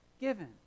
given